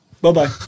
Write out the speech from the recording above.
Bye-bye